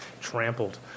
trampled